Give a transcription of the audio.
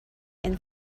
and